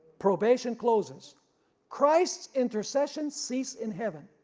probation closes christ's intercession ceased in heaven.